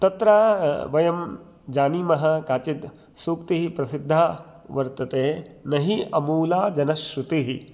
तत्र वयं जानीमः काचित् सूक्तिः प्रसिद्धा वर्तते न हि अमूला जनश्रुतिः